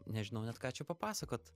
nežinau net ką čia papasakot